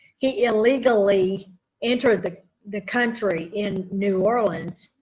he illegally entered the the country in new orleans.